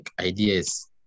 ideas